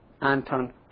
Anton